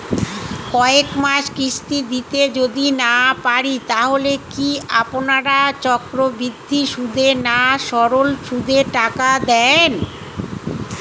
কয়েক মাস কিস্তি দিতে যদি না পারি তাহলে কি আপনারা চক্রবৃদ্ধি সুদে না সরল সুদে টাকা দেন?